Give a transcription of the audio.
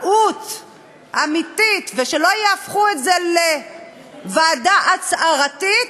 עצמאות אמיתית, ושלא יהפכו את זה לוועדה הצהרתית,